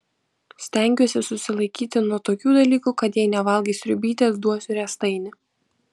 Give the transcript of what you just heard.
stengiuosi susilaikyti nuo tokių dalykų kad jei nevalgai sriubytės duosiu riestainį